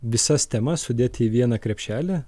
visas temas sudėti į vieną krepšelį